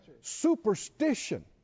Superstition